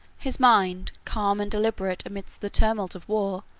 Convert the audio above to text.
his mind, calm and deliberate amidst the tumult of war,